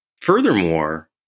furthermore